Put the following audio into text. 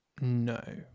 No